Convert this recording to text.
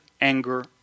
anger